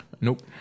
Nope